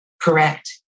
correct